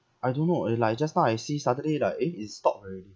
I don't know eh like uh just now I see suddenly like eh it stopped already